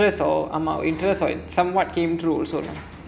ஆமா:aamaa interests are somewhat came true also lah